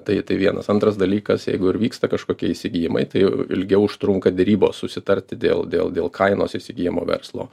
tai tai vienas antras dalykas jeigu ir vyksta kažkokie įsigijimai tai jau ilgiau užtrunka derybos susitarti dėl dėl dėl kainos įsigyjamo verslo